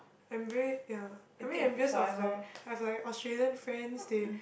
I'm very ya I'm very envious of like I have like Australian friends they